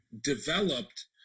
developed